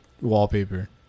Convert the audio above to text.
wallpaper